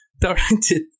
directed